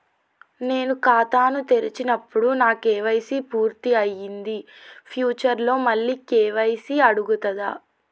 నేను ఖాతాను తెరిచినప్పుడు నా కే.వై.సీ పూర్తి అయ్యింది ఫ్యూచర్ లో మళ్ళీ కే.వై.సీ అడుగుతదా?